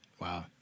Wow